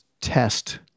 test